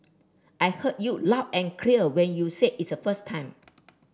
I heard you loud and clear when you said its a first time